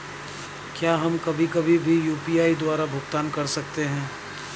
क्या हम कभी कभी भी यू.पी.आई द्वारा भुगतान कर सकते हैं?